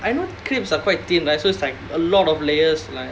I know crepes are quite thin right so it's like a lot of layers like